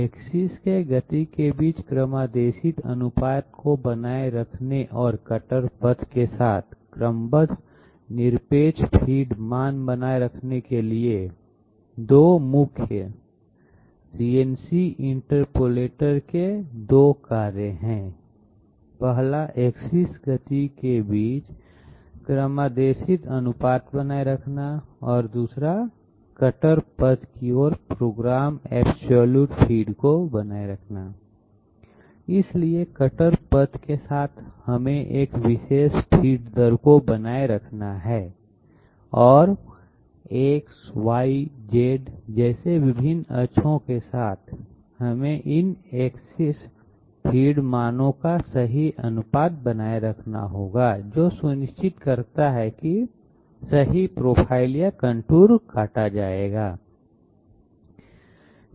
axis की गति के बीच क्रमादेशित अनुपात को बनाए रखने और कटर पथ के साथ क्रमबद्ध निरपेक्ष फ़ीड मान बनाए रखने के लिए 2 मुख्य सीएनसी इंटरपोलेटर के 2 कार्य हैं 1 एक्सिस गति के बीच क्रमादेशित अनुपात बनाए रखना और 2 कटर पथ की ओर प्रोग्राम एब्सलूट फिड को बनाए रखना इसलिए कटर पथ के साथ हमें एक विशेष फ़ीड दर को बनाए रखना है और X Y Z जैसे विभिन्न अक्षों के साथ हमें इन एक्सिस फ़ीड मानों का सही अनुपात बनाए रखना होगा जो सुनिश्चित करता है कि सही प्रोफ़ाइल या कंटूर काटा जाएगा